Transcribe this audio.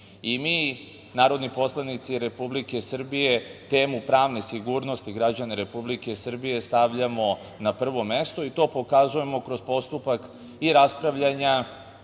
narodni poslanici Republike Srbije temu pravne sigurnosti građana Republike Srbije stavljamo na prvo mesto i to pokazujemo kroz postupak i raspravljanja